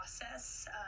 process